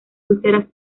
úlceras